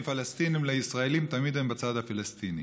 פלסטינים לישראלים תמיד הם בצד הפלסטיני.